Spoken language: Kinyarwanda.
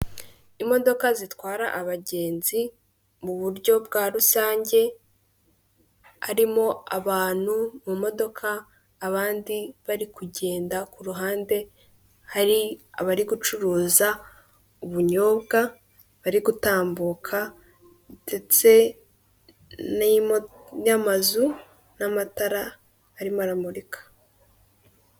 Ahangaha bari kutwereka abantu benshi, abo bantu benshi biragaragara ko bari mu isoko bari gucuruza ,iryo soko rirageretse, harimo abantu bambaye imyenda y'umukara.